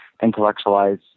intellectualize